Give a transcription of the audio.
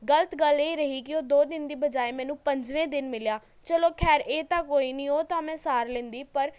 ਗਲ਼ਤ ਗੱਲ ਇਹ ਰਹੀ ਕਿ ਉਹ ਦੋ ਦਿਨ ਦੀ ਬਜਾਇ ਮੈਨੂੰ ਪੰਜਵੇਂ ਦਿਨ ਮਿਲਿਆ ਚਲੋ ਖੈਰ ਇਹ ਤਾਂ ਕੋਈ ਨਹੀਂ ਉਹ ਤਾਂ ਮੈਂ ਸਾਰ ਲੈਂਦੀ ਪਰ